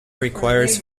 requires